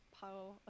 pile